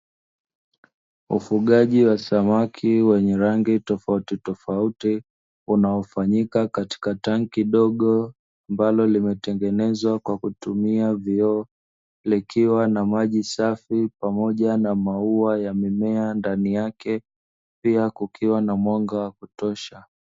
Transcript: Ufugaji wa samaki wenye rangi tofautitofauti, unaofanyika katika tanki dogo, ambalo limetengenezwa kwa kutumia vioo, likiwa na maji safi, pamoja na maua ya mimea ndani yake, pia kukiwa na mwanga wa kutosha.